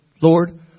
Lord